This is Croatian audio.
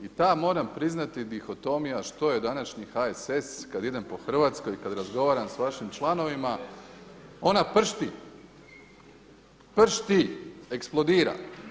I ta moram priznati dihotomija što je današnji HSS kad idem po Hrvatskoj i kad razgovaram sa vašim članovima ona pršti, pršti, eksplodira.